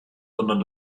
sondern